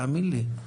תאמין לי.